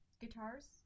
guitars